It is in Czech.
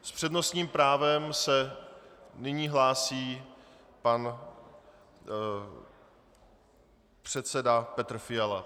S přednostním právem se nyní hlásí pan předseda Petr Fiala.